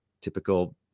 Typical